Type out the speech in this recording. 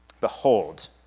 behold